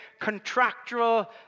contractual